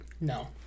No